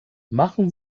machen